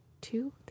Two